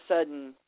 sudden